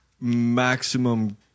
Maximum